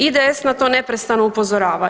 IDS na to neprestano upozorava.